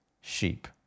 sheep